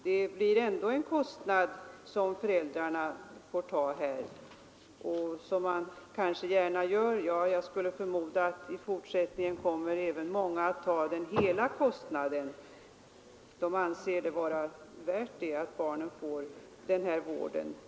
Det blir ändå en kostnad för föräldrarna — som de kanske visserligen gärna tar; jag förmodar att många i fortsättningen kommer att betala hela kostnaden, eftersom de anser det vara värdefullt att barnen får sådan vård.